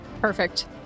Perfect